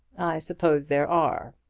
i suppose there are,